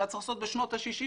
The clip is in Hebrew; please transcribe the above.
היה צריך לעשות בשנות השישים,